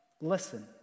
listen